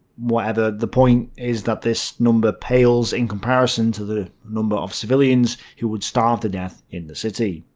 whatever, the point is that this number pales in comparison to the number of civilians who would starve to death in the city.